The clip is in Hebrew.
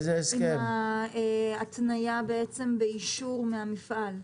ההתניה באישור מהמפעל.